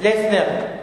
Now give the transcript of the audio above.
פלֵסנר.